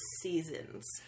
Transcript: seasons